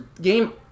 game